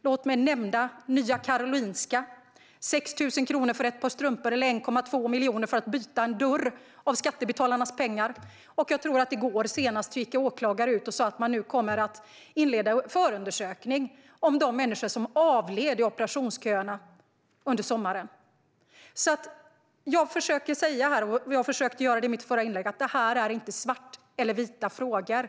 Låt mig också nämna Nya Karolinska - 6 000 kronor för ett par strumpor och 1,2 miljoner kronor av skattebetalarnas pengar för att byta en dörr. Jag tror att det var i går som åklagare gick ut och sa att man nu kommer att inleda en förundersökning om de människor som har avlidit i operationsköerna under sommaren. Det som jag försöker säga både nu och i mitt förra inlägg är att detta inte är svarta eller vita frågor.